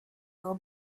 will